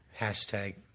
hashtag